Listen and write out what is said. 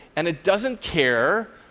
and it doesn't care,